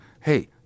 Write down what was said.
hey